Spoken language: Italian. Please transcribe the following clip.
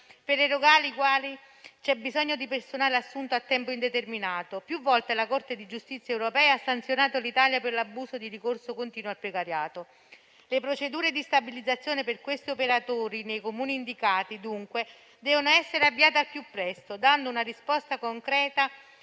per erogare i quali c'è bisogno di personale assunto a tempo indeterminato. Più volte la Corte di giustizia europea ha sanzionato l'Italia per l'abuso di ricorso continuo al precariato. Le procedure di stabilizzazione per questi operatori nei Comuni indicati, dunque, devono essere avviate al più presto, dando una risposta concreta